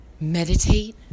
Meditate